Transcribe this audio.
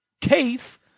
case